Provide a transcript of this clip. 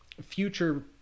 future